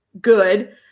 good